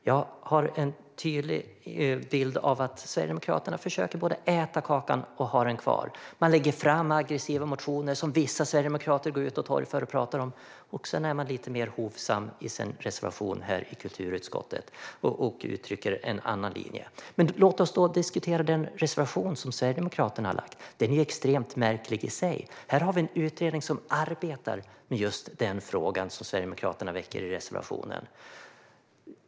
Jag har en tydlig bild av att Sverigedemokraterna försöker både äta kakan och ha den kvar. Man lägger fram aggressiva motioner som vissa sverigedemokrater går ut och torgför och pratar om, och sedan är man lite mer hovsam i sin presentation här i kulturutskottet och uttrycker en annan linje. Men låt oss diskutera den reservation som Sverigedemokraterna har lagt fram. Den är extremt märklig i sig. Vi har en utredning som arbetar med just den fråga som Sverigedemokraterna väcker i reservationen.